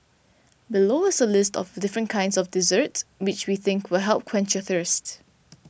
below is a list of different kinds of desserts which we think will help quench your thirst